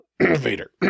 Vader